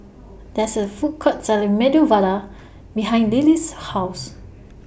There IS A Food Court Selling Medu Vada behind Lily's House